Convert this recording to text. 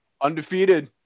Undefeated